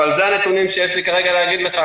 אבל אלה הנתונים שיש לי כרגע להגיד לך,